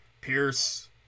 Pierce